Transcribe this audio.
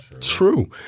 True